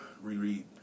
reread